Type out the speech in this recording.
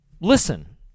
listen